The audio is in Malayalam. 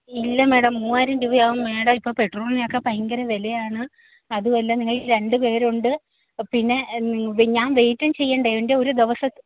ഇല്ല മാഡം മൂവായിരം രൂപയാവും മാഡം ഇപ്പോൾ പെട്രോളിനൊക്കെ ഭയങ്കര വിലയാണ് അതും അല്ല നിങ്ങൾ രണ്ടുപേരുണ്ട് പിന്നെ ഞാൻ വെയിറ്റും ചെയ്യണ്ടേ എൻ്റെ ഒരു ദിവസത്തെ